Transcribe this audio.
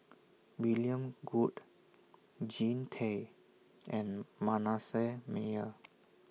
William Goode Jean Tay and Manasseh Meyer